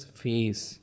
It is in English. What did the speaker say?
face